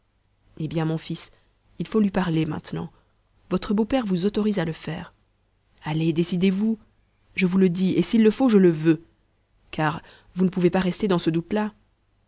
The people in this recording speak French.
eh bien mon fils il faut lui parler maintenant votre beau-père vous autorise à le faire allez décidez-vous je vous le dis et s'il le faut je le veux car vous ne pouvez pas rester dans ce doute là